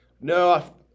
No